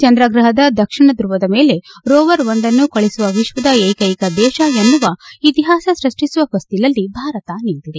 ಚಂದ್ರ ಗ್ರಹದ ದಕ್ಷಿಣ ಧುವದ ಮೇಲೆ ರೋವರ್ ಒಂದನ್ನು ಕಳಿಸುವ ವಿಶ್ವದ ಏಕೈಕ ದೇಶ ಎನ್ತುವ ಇತಿಹಾಸ ಸೃಷ್ಟಿಸುವ ಹೊಸ್ತಿಲಲ್ಲಿ ಭಾರತ ನಿಂತಿದೆ